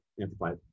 amplify